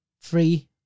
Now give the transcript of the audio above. free